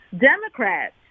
Democrats